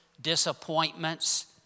disappointments